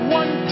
one